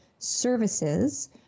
services